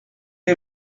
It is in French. est